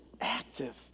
active